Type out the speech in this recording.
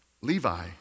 Levi